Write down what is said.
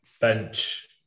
bench